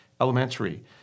elementary